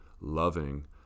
loving